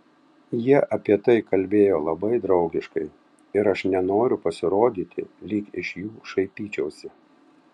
jie apie tai kalbėjo labai draugiškai ir aš nenoriu pasirodyti lyg iš jų šaipyčiausi